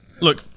Look